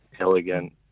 elegant